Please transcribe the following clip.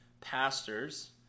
pastors